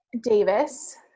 Davis